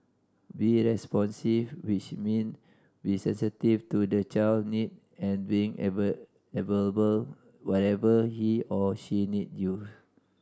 be responsive which mean be sensitive to the child need and being available whenever he or she need you